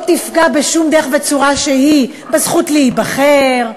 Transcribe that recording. לא תפגע בשום דרך וצורה שהיא בזכות להיבחר,